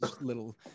little